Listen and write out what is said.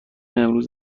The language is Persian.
امروز